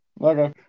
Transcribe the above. Okay